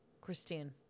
Christine